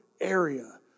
area